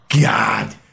God